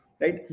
right